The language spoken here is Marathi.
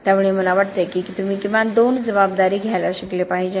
त्यामुळे मला वाटते की तुम्ही किमान दोन जबाबदारी घ्यायला शिकले पाहिजे